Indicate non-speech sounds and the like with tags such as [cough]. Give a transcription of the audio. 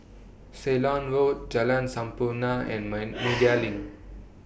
Ceylon Road Jalan Sampurna and [noise] Media LINK